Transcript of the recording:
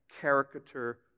caricature